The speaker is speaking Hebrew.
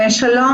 בראש סדר היום